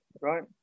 right